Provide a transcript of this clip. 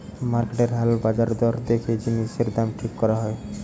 মার্কেটের হাল বাজার দর দেখে জিনিসের দাম ঠিক করা হয়